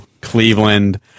Cleveland